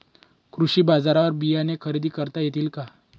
कृषी बाजारवर बियाणे खरेदी करता येतील का?